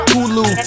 Hulu